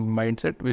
mindset